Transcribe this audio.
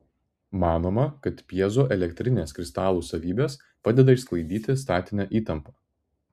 manoma kad pjezoelektrinės kristalų savybės padeda išsklaidyti statinę įtampą